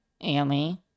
Amy